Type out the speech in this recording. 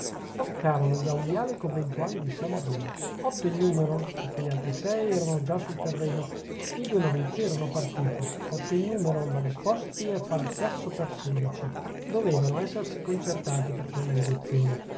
sboccarono da un viale i conventuali di san bruno otto in numero perchè gli altri sei erano già sul terreno e i due novizi erano partiti otto in numero ma disposti a far chiasso per sedici dovevano essersi concertati per quella irruzione